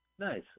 Nice